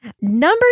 number